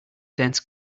dense